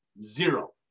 Zero